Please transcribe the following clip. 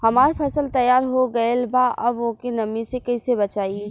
हमार फसल तैयार हो गएल बा अब ओके नमी से कइसे बचाई?